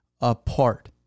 apart